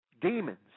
demons